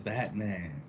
Batman